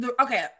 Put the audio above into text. Okay